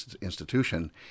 Institution